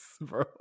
bro